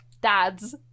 dads